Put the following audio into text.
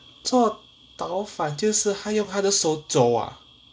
做倒反就是他用他的手走 ah